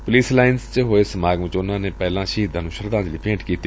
police lines ਵਿਖੇ ਹੋਏ ਸਮਾਗਮ ਵਿਚ ਉਨੂਾਂ ਨੇ ਪਹਿਲਾਂ ਸ਼ਹੀਦਾਂ ਨੂੰ ਸ਼ਰਧਾਂਜਲੀ ਭੇਟ ਕੀਤੀ